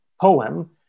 poem